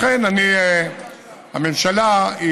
לכן הממשלה,